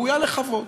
ראויה לכבוד.